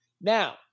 Now